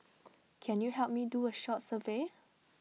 can you help me do A short survey